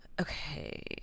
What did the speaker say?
okay